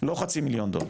לא חצי מיליון דולר.